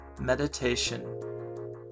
Meditation